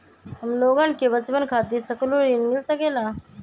हमलोगन के बचवन खातीर सकलू ऋण मिल सकेला?